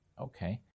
Okay